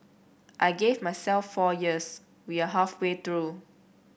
I gave myself four years we are halfway through